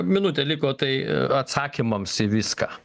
minutė liko tai atsakymams į viską